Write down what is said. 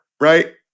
right